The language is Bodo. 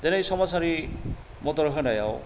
दिनै समाजारि मदद होनायाव